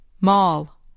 Mall